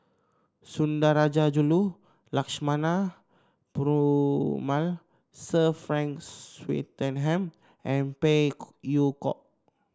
Sundarajulu Lakshmana Perumal Sir Frank Swettenham and Phey Yew Kok